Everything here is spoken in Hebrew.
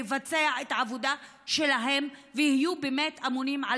לבצע את העבודה שלהם ויהיו באמת אמונים על